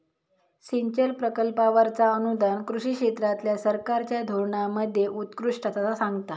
सिंचन प्रकल्पांवरचा अनुदान कृषी क्षेत्रातल्या सरकारच्या धोरणांमध्ये उत्कृष्टता सांगता